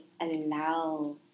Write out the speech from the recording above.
allow